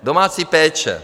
Domácí péče.